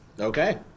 Okay